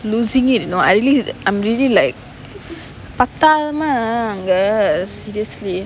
losing it you know I really I'm really like பத்தாம அங்க:paththaama anga seriously